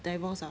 divorced ah